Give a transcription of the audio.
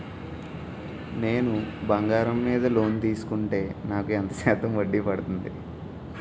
నేను బంగారం మీద లోన్ తీసుకుంటే నాకు ఎంత శాతం వడ్డీ పడుతుంది?